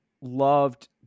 loved